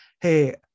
hey